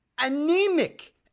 anemic